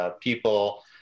people